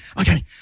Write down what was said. okay